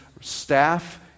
staff